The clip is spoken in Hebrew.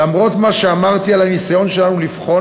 למרות מה שאמרתי על הניסיון שלנו לבחון